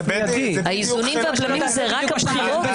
האיזונים והבלמים זה רק הבחירות?